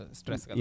stress